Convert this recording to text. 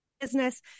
business